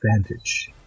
advantage